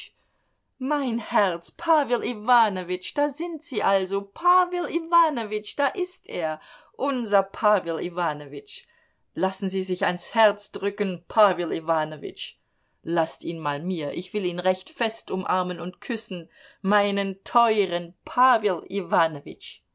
mein herz pawel iwanowitsch da sind sie also pawel iwanowitsch da ist er unser pawel iwanowitsch lassen sie sich ans herz drücken pawel iwanowitsch laßt ihn mal mir ich will ihn recht fest umarmen und küssen meinen teuren